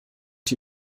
die